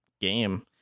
game